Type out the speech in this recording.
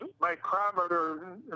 micrometer